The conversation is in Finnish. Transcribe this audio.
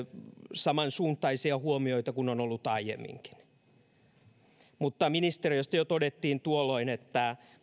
samansuuntaisia huomioita kuin on ollut aiemminkin mutta ministeriöstä todettiin jo tuolloin että